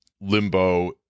limbo